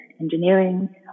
Engineering